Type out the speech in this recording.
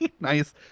Nice